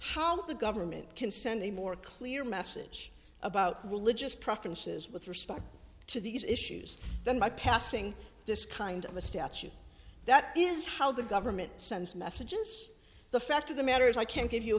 how the government can send a more clear message about the willage of preference is with respect to these issues then by passing this kind of a statute that is how the government sends messages the fact of the matter is i can't give you a